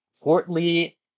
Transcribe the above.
portly